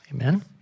Amen